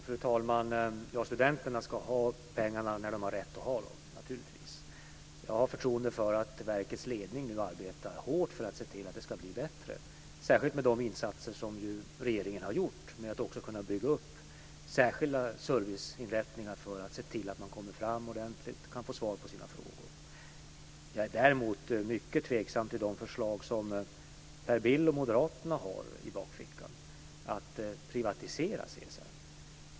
Fru talman! Studenterna ska naturligtvis ha pengarna när de har rätt att få dem. Jag har förtroende för att verkets ledning nu arbetar hårt för att se till att det ska bli bättre, särskilt med de insatser som regeringen har gjort med att bygga upp särskilda serviceinrättningar så att det går att komma fram ordentligt per telefon och få svar på sina frågor. Jag är däremot mycket tveksam till de förslag som Per Bill och moderaterna har i bakfickan, dvs. att privatisera CSN.